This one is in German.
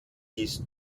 dies